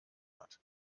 hat